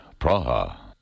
Praha